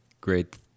Great